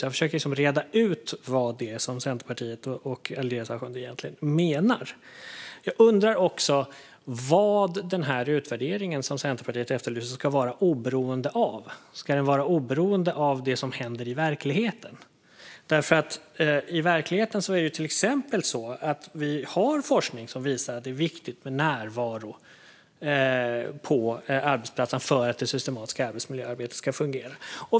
Jag försöker alltså reda ut vad Centerpartiet och Alireza Akhondi egentligen menar. Jag undrar också vad den utvärdering som Centerpartiet efterlyser ska vara oberoende av. Ska den vara oberoende av det som händer i verkligheten? I verkligheten har vi ju till exempel forskning som visar att det är viktigt med närvaro på arbetsplatserna för att det systematiska arbetsmiljöarbetet ska fungera.